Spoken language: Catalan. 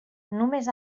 només